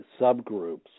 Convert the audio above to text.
subgroups